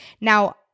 Now